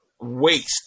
waste